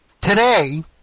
today